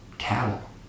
cattle